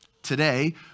Today